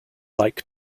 like